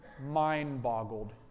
mind-boggled